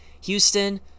Houston